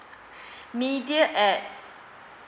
media at